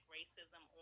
racism